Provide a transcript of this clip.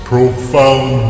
Profound